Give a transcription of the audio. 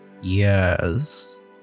Yes